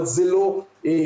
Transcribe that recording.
אבל זה לא קיים.